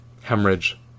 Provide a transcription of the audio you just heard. hemorrhage